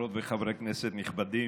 חברות וחברי כנסת נכבדים,